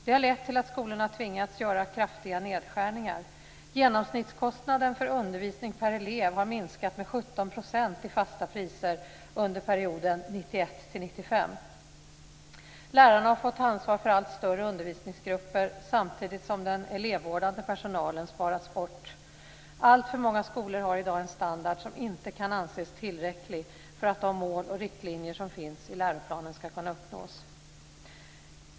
Det har lett till att skolorna har tvingats göra kraftiga nedskärningar. Genomsnittskostnaden för undervisning per elev har minskat med 17 % i fasta priser under perioden 1991-1995. Lärarna har fått ta ansvar för allt större undervisningsgrupper samtidigt som den elevvårdande personalen har sparats bort. Alltför många skolor har i dag en standard som inte kan anses tillräcklig för att de mål och riktlinjer som finns i läroplanen skall kunna uppnås.